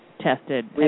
tested